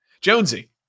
Jonesy